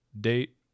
Date